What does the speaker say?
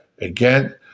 Again